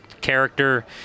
character